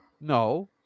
No